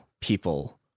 people